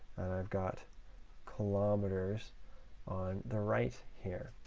and i've got kilometers on the right here.